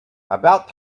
about